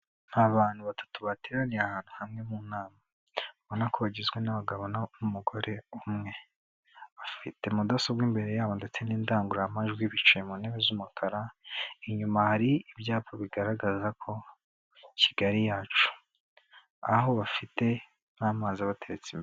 Abantu batatu bateraniye ahantu hamwe mu nama, urabona ko bagizwe n'abagabo n'umugore umwe, bafite mudasobwa imbere yabo ndetse n'indangururamajwi, bicaye mu ntebe z'umukara, inyuma hari ibyapa bigaragaza ko Kigali yacu, aho bafite n'amazi abateretse imbere.